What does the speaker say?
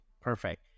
Perfect